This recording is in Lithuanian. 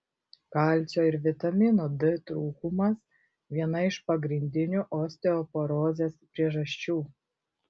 kalcio ir vitamino d trūkumas viena iš pagrindinių osteoporozės priežasčių